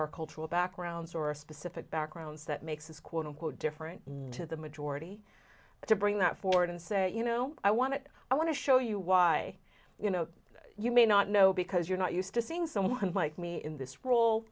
our cultural backgrounds or specific backgrounds that makes this quote unquote different to the majority to bring that forward and say you know i want to i want to show you why you know you may not know because you're not used to seeing someone like me in th